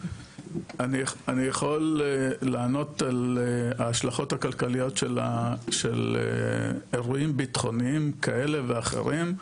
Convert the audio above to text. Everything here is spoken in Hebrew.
אני יכול לענות על ההשלכות הכלכליות של אירועים ביטחוניים כאלה ואחרים,